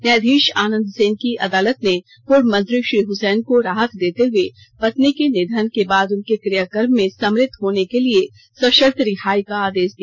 न्यायाधीश आनंद सेन की अदालत ने पूर्व मंत्री श्री हुसैन को राहत देते हुए पत्नी के निधन के बाद उनके क्रियाकर्म में सम्मिलित होने के लिए सशर्त रिहाई का आदेश दिया